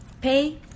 pay